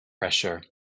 pressure